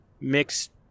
mixed